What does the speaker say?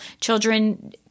Children